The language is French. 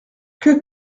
que